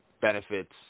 benefits